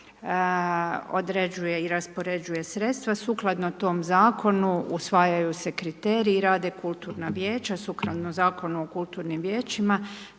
određuje i raspoređuje sredstva. Sukladno tom Zakonu usvajaju se kriteriji i rade kulturna vijeća, sukladno Zakonu o kulturnim vijećima.